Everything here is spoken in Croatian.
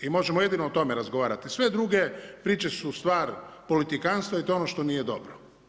I možemo jedino o tome razgovarati, sve druge priče su stvar politikantstva i to je ono što nije dobro.